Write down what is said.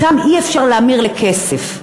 אותה אי-אפשר להמיר לכסף.